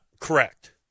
correct